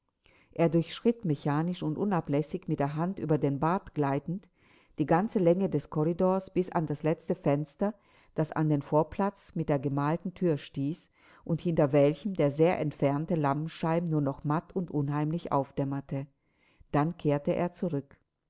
er durchschritt mechanisch und unablässig mit der hand über den bart gleitend die ganze länge des korridors bis an das letzte fenster das an den vorplatz mit der gemalten thür stieß und hinter welchem der sehr entfernte lampenschein nur noch matt und unheimlich aufdämmerte dann kehrte er zurück